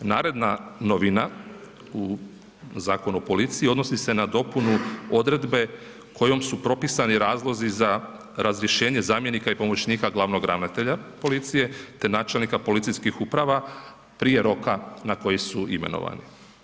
Naredna novina u Zakonu o policiji odnosi se na dopunu odredbe kojom su propisani razlozi za razrješenje zamjenika i pomoćnika glavnog ravnatelja policije te načelnika policijskih uprava prije roka na koji su imenovani.